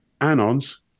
Anon's